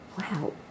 Wow